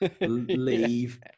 leave